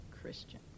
Christian